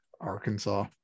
Arkansas